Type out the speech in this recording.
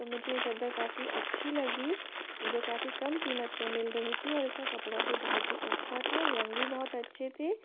तो मुझे ये चद्दर काफ़ी अच्छी लगी जो काफ़ी कम कीमत में मिल रही थी और इसका कपड़ा भी बहुत ही अच्छा था रंग भी बहुत अच्छे थे